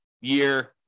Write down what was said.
year